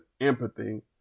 empathy